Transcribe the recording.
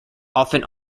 often